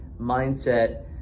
mindset